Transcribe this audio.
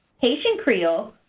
haitian creole,